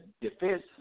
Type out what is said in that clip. defense